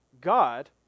God